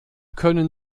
können